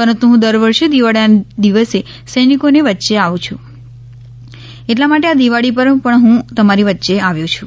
પરંતુ હું દર વર્ષે દિવાળીના દિવસે સૈનિકોની વચ્ચે આવું છું એટલા માટે આ દિવાળી પર પણ હું તમારી વચ્ચે આવ્યો છું